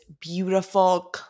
beautiful